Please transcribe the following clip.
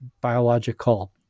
biological